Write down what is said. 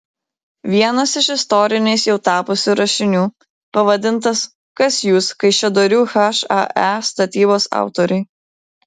vienas iš istoriniais jau tapusių rašinių pavadintas kas jūs kaišiadorių hae statybos autoriai